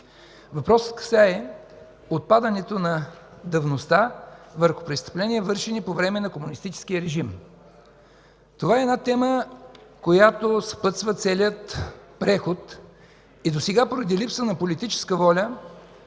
Въпросът касае отпадането на давността върху престъпления, вършени по време на комунистическия режим. Това е една тема, която съпътства целия преход и досега поради липса на политическа воля